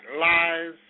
lies